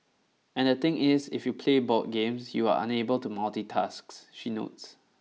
and the thing is if you play board games you are unable to multitasks she notes